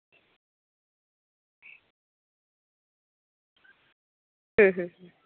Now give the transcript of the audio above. ᱦᱩᱸ ᱦᱩᱸ